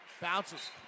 bounces